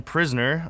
Prisoner